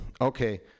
Okay